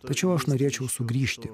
tačiau aš norėčiau sugrįžti